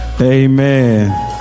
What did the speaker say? Amen